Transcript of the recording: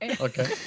Okay